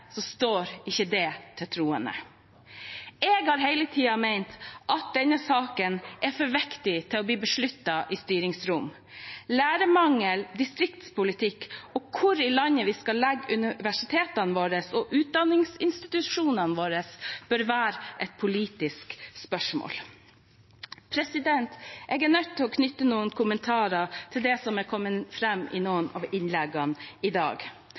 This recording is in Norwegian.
står ikke det til troende. Jeg har hele tiden ment at denne saken er for viktig til å bli avgjort i styrerom. Lærermangel, distriktspolitikk og hvor i landet vi skal legge universitetene og utdanningsinstitusjonene våre, bør være et politisk spørsmål. Jeg er nødt til å knytte noen kommentarer til det som er kommet fram i noen av innleggene i dag.